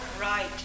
Right